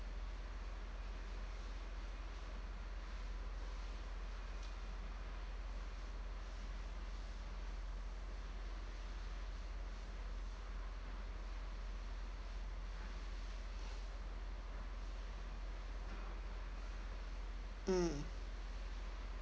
mm